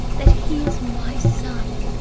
that he is my son,